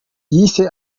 yise